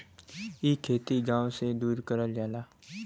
इ खेती गाव से दूर करल जाला